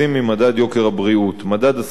מדד השכר במגזר הבריאות מהווה